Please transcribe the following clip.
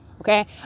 Okay